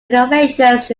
renovations